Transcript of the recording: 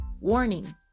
Warning